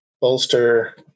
bolster